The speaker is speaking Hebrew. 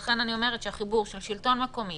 לכן אני אומרת שהחיבור של השלטון המקומי,